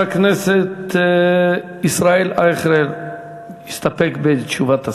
חבר הכנסת ישראל אייכלר הסתפק בתשובת השר.